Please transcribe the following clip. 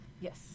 Yes